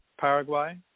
paraguay